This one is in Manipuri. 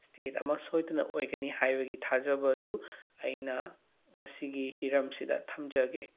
ꯁ꯭ꯇꯦꯠ ꯑꯃ ꯁꯣꯏꯗꯅ ꯑꯣꯏꯒꯅꯤ ꯍꯥꯏꯕꯒꯤ ꯊꯥꯖꯕ ꯑꯗꯨ ꯑꯩꯅ ꯉꯁꯤꯒꯤ ꯍꯤꯔꯝꯁꯤꯗ ꯊꯝꯖꯒꯦ